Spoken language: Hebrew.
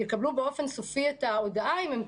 קיבלו או יקבלו באופן סופי את ההודעה אם הם